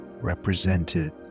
represented